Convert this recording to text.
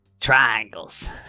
triangles